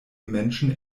menschen